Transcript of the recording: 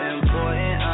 Important